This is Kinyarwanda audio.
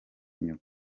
nyoko